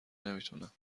نمیتونم